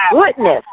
goodness